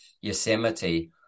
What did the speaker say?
Yosemite